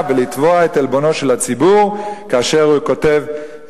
ולתבוע את עלבונו של הציבור כאשר הוא כותב,